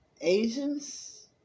Asians